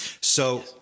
So-